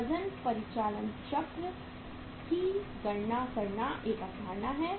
वजन परिचालन चक्र की गणना करना एक अवधारणा है